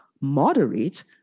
moderates